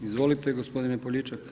Izvolite gospodine Poljičak.